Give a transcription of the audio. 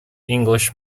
english